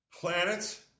Planets